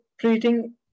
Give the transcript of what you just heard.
treating